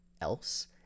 else